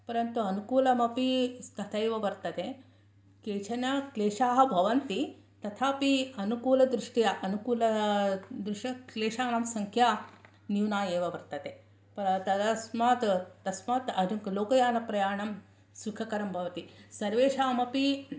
परन्तु अनुकूलमपि तथैव वर्तते केचनक्लेशाः भवन्ति तथापि अनुकूलदृष्ट्या अनुकुलदृष्ट्या क्लेशानां संक्या न्यूना एव वर्तते तदस्मात् तस्माद् लोकयानप्रयाणं सुखकरं भवति सर्वेषामपि